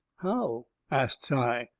how? asts i.